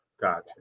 Gotcha